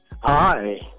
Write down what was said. Hi